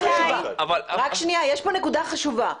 רק שנייה, יש פה נקודה חשובה.